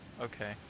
Okay